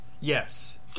Yes